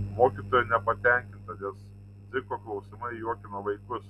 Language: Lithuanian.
mokytoja nepatenkinta nes dziko klausimai juokina vaikus